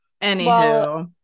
Anywho